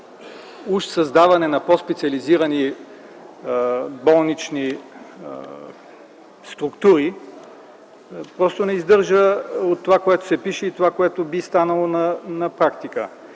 уж създаване на по-специализирани болнични структури, просто не издържа от това, което се пише и това, което би станало на практика.